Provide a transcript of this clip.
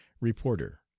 Reporter